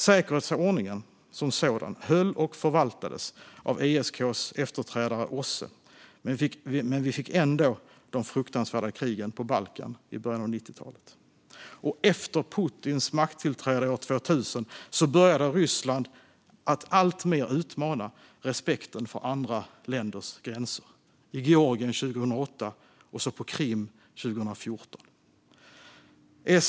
Säkerhetsordningen som sådan höll och förvaltades av ESK:s efterträdare OSSE, men vi fick ändå de fruktansvärda krigen på Balkan i början av 90-talet. Efter Putins makttillträde år 2000 började Ryssland att alltmer utmana respekten för andra länders gränser, i Georgien 2008 och på Krim 2014.